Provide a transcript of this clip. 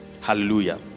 hallelujah